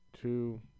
two